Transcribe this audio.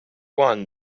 one